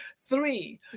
Three